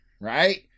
right